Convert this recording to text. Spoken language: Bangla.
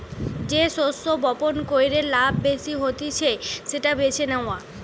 যে শস্য বপণ কইরে লাভ বেশি হতিছে সেটা বেছে নেওয়া